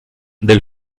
del